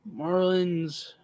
Marlins